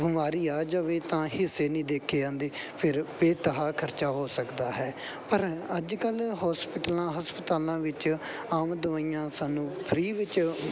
ਬਿਮਾਰੀ ਆ ਜਾਵੇ ਤਾਂ ਹਿੱਸੇ ਨਹੀਂ ਦੇਖੇ ਜਾਂਦੇ ਫਿਰ ਬੇਤਹਾ ਖਰਚਾ ਹੋ ਸਕਦਾ ਹੈ ਪਰ ਅੱਜ ਕੱਲ੍ਹ ਹੋਸਪਿਟਲਾਂ ਹਸਪਤਾਲਾਂ ਵਿੱਚ ਆਮ ਦਵਾਈਆਂ ਸਾਨੂੰ ਫਰੀ ਵਿੱਚ